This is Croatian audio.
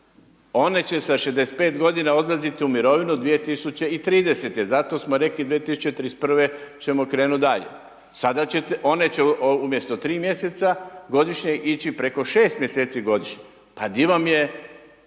One će sa 65 odlaziti u mirovinu, 2030. zato smo rekli 2031. ćemo krenuti dalje. One će umjesto 3 mj. godišnje ići preko 6 mj. godišnje, pa di vam je